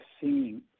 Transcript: seeing